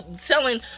selling